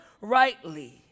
rightly